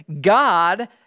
God